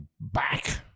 back